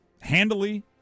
handily